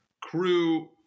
crew